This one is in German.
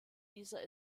dieser